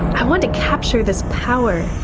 i want to capture this power,